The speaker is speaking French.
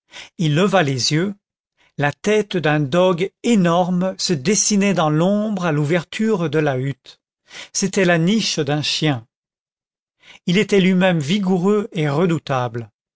il leva les yeux la tête d'un dogue énorme se dessinait dans l'ombre à l'ouverture de la hutte c'était la niche d'un chien il était lui-même vigoureux et redoutable